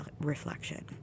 reflection